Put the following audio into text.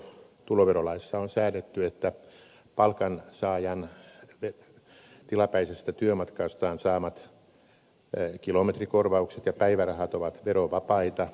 tuloverolaissa on säädetty että palkansaajan tilapäisestä työmatkastaan saamat kilometrikorvaukset ja päivärahat ovat verovapaita